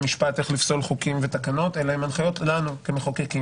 המשפט איך לפסול חוקים ותקנות אלא הנחיות לנו המחוקקים.